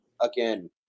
again